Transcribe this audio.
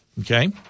Okay